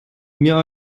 mir